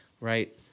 Right